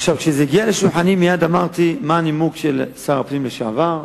כשזה הגיע לשולחני מייד אמרתי מה הנימוק של שר הפנים לשעבר.